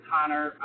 Connor